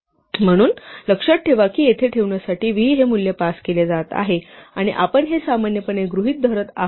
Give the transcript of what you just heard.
म्हणून लक्षात ठेवा की येथे ठेवण्यासाठी v हे मूल्य पास केले जात आहे आणि आपण हे सामान्यपणे गृहीत धरत आहोत